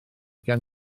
gen